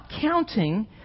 counting